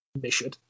mission